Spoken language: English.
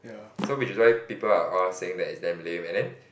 so we should let it people are all saying that it's damn lame and then